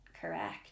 Correct